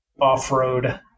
off-road